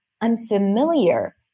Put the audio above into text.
unfamiliar